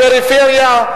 בפריפריה,